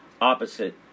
opposite